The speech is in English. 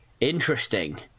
Interesting